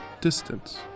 distance